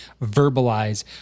verbalize